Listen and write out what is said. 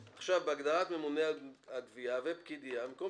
(ב)בהגדרות "ממונה על הגביה" ו"פקיד גבייה" במקום